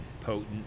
potent